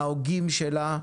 ומההוגים שלה,